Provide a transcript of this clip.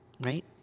Right